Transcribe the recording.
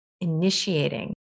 initiating